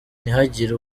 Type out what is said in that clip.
ntihagire